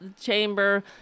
chamber